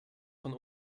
von